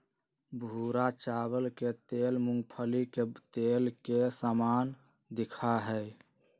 भूरा चावल के तेल मूंगफली के तेल के समान दिखा हई